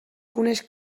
coneix